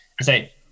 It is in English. say